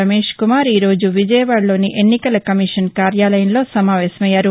రమేష్ కుమార్ ఈ రోజు విజయవాడలోని ఎన్నికల కమీషన్ కార్యాలయంలో సమావేశమయ్యారు